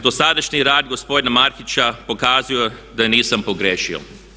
Dosadašnji rad gospodina Markića pokazao je da nisam pogriješio.